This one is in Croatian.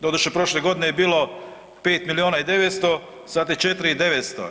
Doduše, prošle godine je bilo 5 milijuna i 900, sad je 4 i 900.